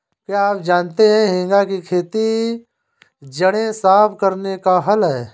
क्या आप जानते है हेंगा खेत की जड़ें साफ़ करने का हल है?